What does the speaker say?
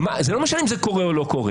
זה לא משנה אם זה קורה או לא קורה,